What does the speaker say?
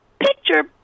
picture